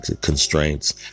constraints